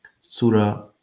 Surah